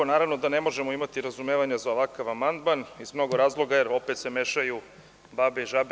Naravno da ne možemo imati razumevanja za ovakav amandman iz mnogo razloga, jer se opet mešaju babe i žabe.